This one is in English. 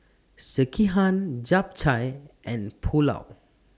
Sekihan Japchae and Pulao